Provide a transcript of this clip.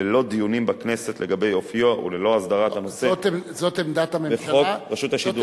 ללא דיונים בכנסת לגבי אופיו וללא הסדרת הנושא בחוק רשות השידור.